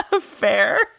Fair